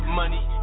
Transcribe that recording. money